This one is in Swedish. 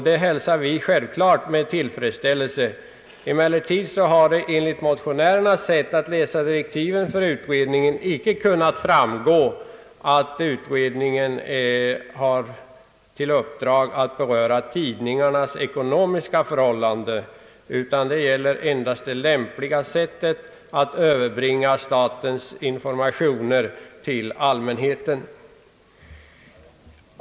Det hälsar vi självfallet med tillfredsställelse. Emellertid har det, enligt motionärernas sätt att läsa direktiven för utredningen, icke framgått att utredningen har till uppdrag att beröra tidningarnas ekonomiska förhållanden. Det gäller endast det lämpliga sättet att överbringa statens informationer till allmänheten.